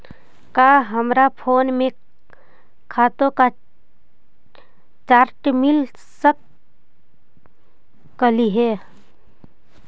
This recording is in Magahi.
का हमरा फोन में खातों का चार्ट मिल जा सकलई हे